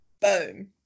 Boom